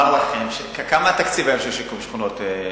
כמה התקציב היום של שיקום שכונות?